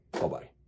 Bye-bye